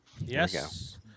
Yes